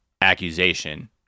accusation